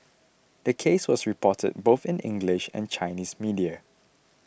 the case was reported both in the English and Chinese media